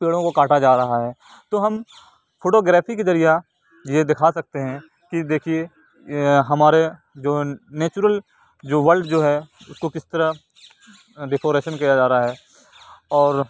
پیڑوں کو کاٹا جا رہا ہے تو ہم فوٹو گرافی کے ذریعہ یہ دکھا سکتے ہیں کہ دیکھیے ہمارے جو نیچرل جو ورلڈ جو ہے اس کو کس طرح ڈیکوریشن کیا جا رہا ہے اور